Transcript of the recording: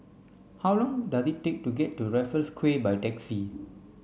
how long does it take to get to Raffles Quay by taxi